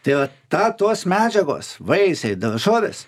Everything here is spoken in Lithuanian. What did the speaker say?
tai yra ta tos medžiagos vaisiai daržovės